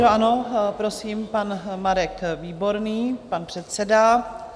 Ano, prosím, pan Marek Výborný, pan předseda.